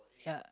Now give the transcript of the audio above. ya